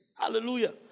Hallelujah